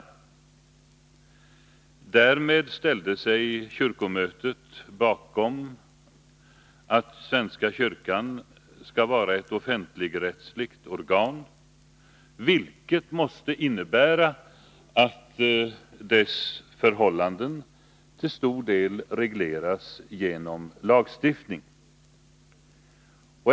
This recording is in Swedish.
Med detta beslut ställde sig kyrkomötet bakom att svenska kyrkan skall vara ett offentligrättsligt organ, vilket måste innebära att dess förhållanden till stor del regleras genom lagstiftning.